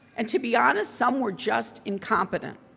and to be honest, some were just incompetent,